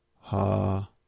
ha